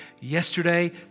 yesterday